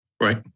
Right